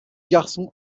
garçon